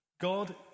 God